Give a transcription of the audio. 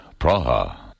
Praha